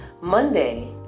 Monday